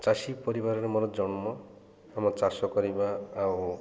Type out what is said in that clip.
ଚାଷୀ ପରିବାରରେ ମୋର ଜନ୍ମ ଆମ ଚାଷ କରିବା ଆଉ